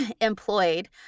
employed